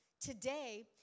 today